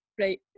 right